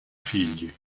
figli